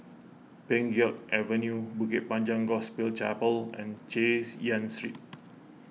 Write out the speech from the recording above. Pheng Geck Avenue Bukit Panjang Gospel Chapel and Chay Yan Street